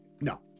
no